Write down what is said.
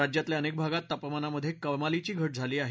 राज्यातल्या अनेक भागात तापमानामधे कमालीची घट झाली आहे